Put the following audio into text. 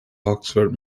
oxford